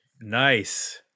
Nice